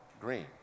Green